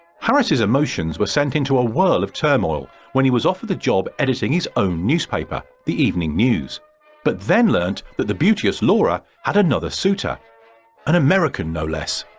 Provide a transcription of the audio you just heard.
harris's emotions were sent into a whirl of turmoil when he was offered the job editing his own newspaper the evening news but then learned that the beauteous laura had another suiter an american no less.